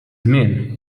żmien